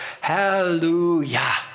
hallelujah